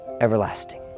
everlasting